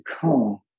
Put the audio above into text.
come